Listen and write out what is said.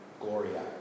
Gloria